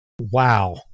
Wow